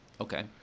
Okay